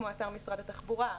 כמו אתר משרד התחבורה,